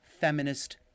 feminist